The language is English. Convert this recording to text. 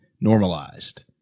normalized